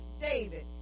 David